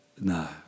no